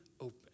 open